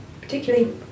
particularly